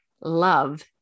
love